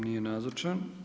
Nije nazočan.